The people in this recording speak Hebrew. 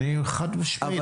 חד-משמעית.